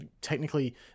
technically